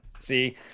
See